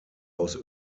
aus